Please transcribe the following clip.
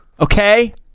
Okay